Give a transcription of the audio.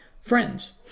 friends